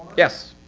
yes.